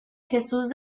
jesús